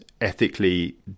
ethically